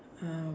um